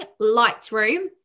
Lightroom